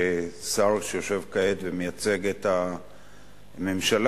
כשר שיושב כעת ומייצג את הממשלה,